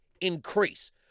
increase